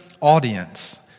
audience